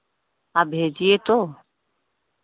आप भेजिए तो